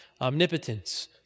omnipotence